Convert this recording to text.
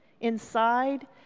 inside